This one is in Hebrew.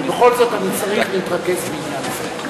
ובכל זאת אני צריך להתרכז בעניין זה?